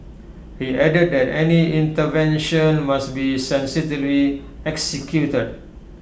he added that any intervention must be sensitively executed